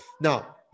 Now